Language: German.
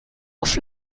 auf